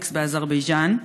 אירונאוטיקס באזרבייג'ן,